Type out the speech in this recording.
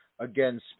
Again